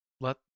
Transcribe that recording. let